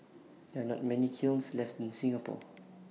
there are not many kilns left in Singapore